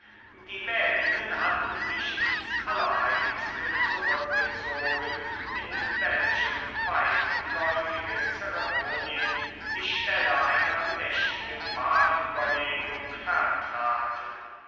die wählenden hatten sich ins allerheiligste zurückgezogen in welchem weitläufige zeremonien die stelle einer bedächtigen wahlüberlegung vertraten